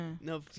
No